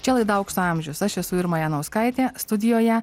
čia laida aukso amžius aš esu irma janauskaitė studijoje